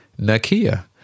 Nakia